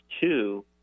two